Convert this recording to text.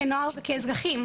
כנוער וכאזרחים,